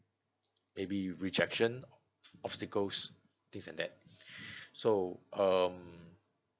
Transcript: maybe rejection obstacles this and that so um